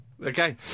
Okay